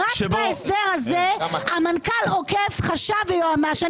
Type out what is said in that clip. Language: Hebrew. רק בהסדר הזה המנכ"ל עוקף חשב ויועמ"ש.